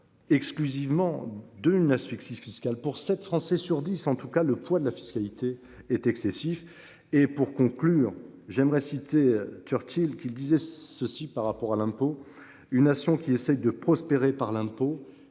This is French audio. et pour conclure j'aimerais citer Churchill qui disait ceci par rapport à l'impôt. Une nation qui essaie de prospérer par l'impôt